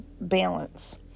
balance